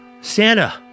Santa